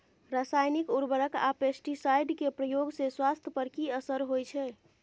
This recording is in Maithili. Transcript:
रसायनिक उर्वरक आ पेस्टिसाइड के प्रयोग से स्वास्थ्य पर कि असर होए छै?